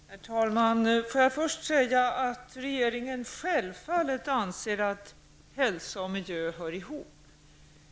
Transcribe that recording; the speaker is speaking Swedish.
Herr talman! Får jag först säga att regeringen självfallet anser att hälsa och miljö hör ihop.